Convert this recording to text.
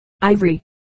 ivory